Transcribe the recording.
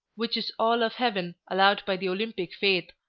which is all of heaven allowed by the olympic faith,